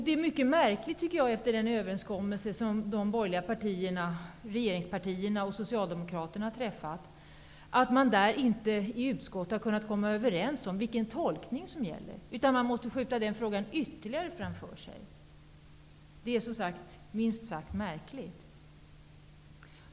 Det är mycket märkligt att man vid den träffade överenskommelsen mellan de borgerliga regeringspartierna och Socialdemokraterna inte i utskottet har kunnat komma överens om vilken tolkning som gäller, utan i stället skjutit frågan ytterligare framför sig.